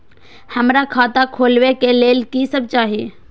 हमरा खाता खोलावे के लेल की सब चाही?